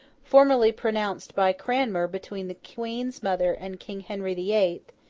formerly pronounced by cranmer between the queen's mother and king henry the eighth,